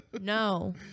No